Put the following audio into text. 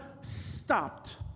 Stopped